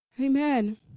Amen